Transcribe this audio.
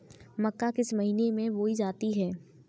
मक्का किस महीने में बोई जाती है?